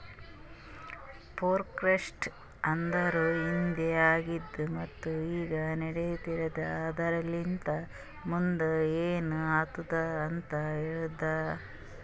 forecast ಅಂದುರ್ ಹಿಂದೆ ಆಗಿದ್ ಮತ್ತ ಈಗ ನಡಿತಿರದ್ ಆದರಲಿಂತ್ ಮುಂದ್ ಏನ್ ಆತ್ತುದ ಅಂತ್ ಹೇಳ್ತದ